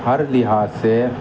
ہر لحاظ سے